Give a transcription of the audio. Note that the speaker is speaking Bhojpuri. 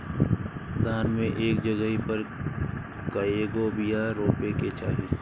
धान मे एक जगही पर कएगो बिया रोपे के चाही?